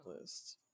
list